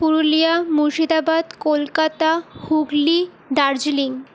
Purulia Murshidabad Kolkata Hooghly Darjeeling